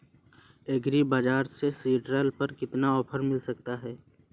Agree बाजार से seed drill पर कितना ऑफर मिल सकता है?